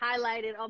highlighted